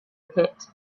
pit